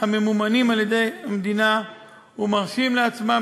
הממומנים על-ידי המדינה ומרשים לעצמם